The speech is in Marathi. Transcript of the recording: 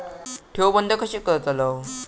ठेव बंद कशी करतलव?